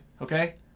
Okay